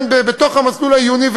אם במסלול העיוני,